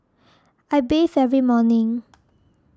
I bathe every morning